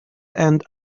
and